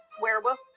Werewolf